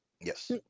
Yes